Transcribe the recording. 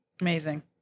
Amazing